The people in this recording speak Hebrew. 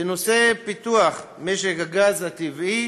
בנושא פיתוח משק הגז הטבעי,